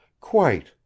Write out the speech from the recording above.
Quite